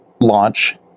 launch